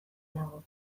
dago